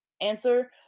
answer